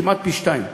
כמעט פי-שניים,